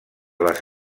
les